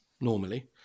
normally